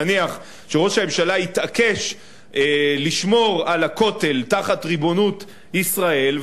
נניח שראש הממשלה יתעקש לשמור על הכותל תחת ריבונות ישראל,